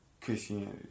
Christianity